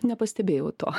nepastebėjau to